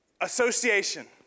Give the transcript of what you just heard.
association